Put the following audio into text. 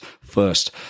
first